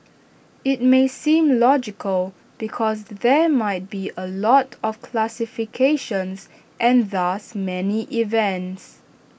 IT may seem logical because there might be A lot of classifications and thus many events